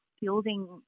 building